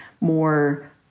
more